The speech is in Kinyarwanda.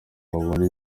babona